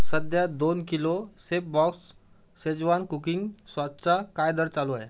सध्या दोन kilo chef boss schezwan cooking सॉसचा काय दर चालू आहे